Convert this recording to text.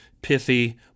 pithy